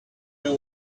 who